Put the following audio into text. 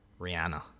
Rihanna